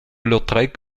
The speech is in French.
lautrec